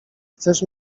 chcesz